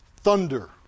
thunder